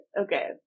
Okay